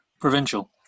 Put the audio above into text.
Provincial